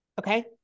Okay